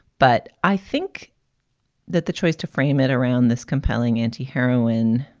but i think that the choice to frame it around this compelling anti-heroine.